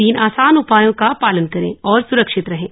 तीन आसान उपायों का पालन करें और सुरक्षित रहें